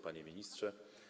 Panie Ministrze!